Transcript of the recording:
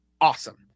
Awesome